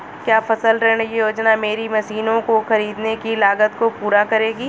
क्या फसल ऋण योजना मेरी मशीनों को ख़रीदने की लागत को पूरा करेगी?